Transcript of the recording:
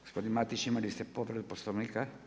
Gospodine Matić, imali ste povredu Poslovnika.